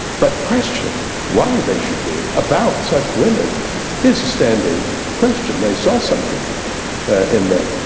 but the question why they should be about such women is a standing question. they saw something in them.